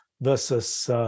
versus